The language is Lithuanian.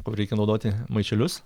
kur reikia naudoti maišelius